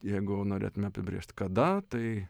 jeigu norėtume apibrėžt kada tai